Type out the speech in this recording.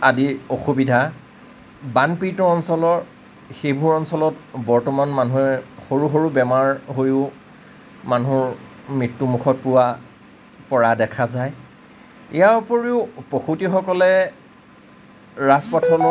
আদিৰ অসুবিধা বানপীড়িত অঞ্চলৰ সেইবোৰ অঞ্চলত বৰ্তমান মানুহে সৰু সৰু বেমাৰ হৈও মানুহৰ মৃত্যু মুখত পোৱা পৰা দেখা যায় ইয়াৰোপৰিও প্ৰসূতিসকলে ৰাজপথলৈ